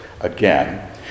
again